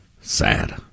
Sad